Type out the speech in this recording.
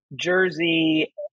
Jersey